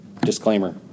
Disclaimer